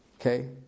Okay